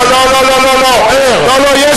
לא, לא, לא, לא.